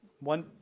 One